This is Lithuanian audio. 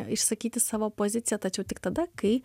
išsakyti savo poziciją tačiau tik tada kai